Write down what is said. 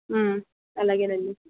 అలాగే అండి